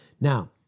Now